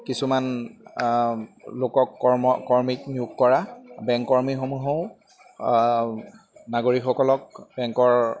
কিছুমান লোকক কৰ্ম কৰ্মীক নিয়োগ কৰা বেংক কৰ্মীসমূহেও নাগৰিকসকলক বেংকৰ